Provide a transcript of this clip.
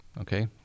Okay